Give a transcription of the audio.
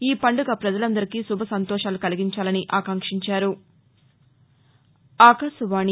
ఈ పండుగ పజలందరికీ శుభ సంతోషాలు కలిగించాలని ఆకాంక్షించారు